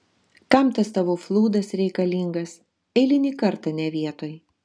kam tas tavo flūdas reikalingas eilinį kartą ne vietoj